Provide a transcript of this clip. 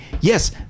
yes